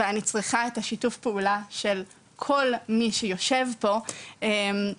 ואני צריכה את שיתוף הפעולה של כל מי שיושב פה בעתיד,